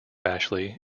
ashley